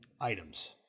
items